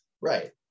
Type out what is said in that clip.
Right